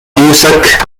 قاموسك